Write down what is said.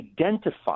identify